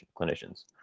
clinicians